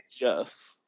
Yes